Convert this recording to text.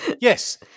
Yes